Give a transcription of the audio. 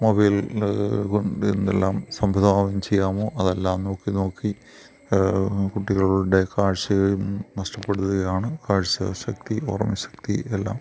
mobile എന്തെല്ലാം സംവിധാനം ചെയ്യാമോ അതെല്ലാം നോക്കി നോക്കി കുട്ടികളുടെ കാഴ്ചയും നഷ്ടപ്പെടുകയാണ് കാഴ്ചശക്തി ഓർമ്മ ശക്തി ഇതെല്ലാം